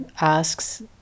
asks